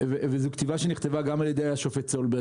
וזה נכתב גם על-ידי השופט סולברג,